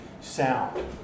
sound